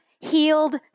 healed